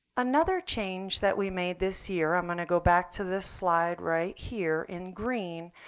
another change that we made this year i'm going to go back to this slide right here in green.